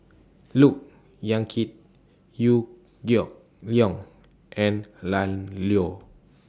Look Yan Kit Liew Geok Leong and Lan Loy